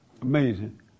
Amazing